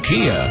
Kia